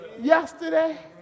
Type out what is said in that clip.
yesterday